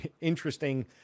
interesting